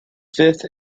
fifth